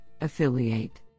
affiliate